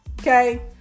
Okay